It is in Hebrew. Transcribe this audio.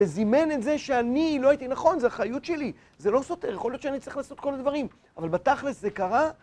וזימן את זה שאני לא הייתי נכון, זו אחריות שלי, זה לא סותר, יכול להיות שאני צריך לעשות כל הדברים, אבל בתכל'ס זה קרה.